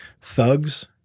Thugs